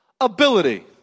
ability